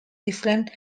different